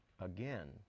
again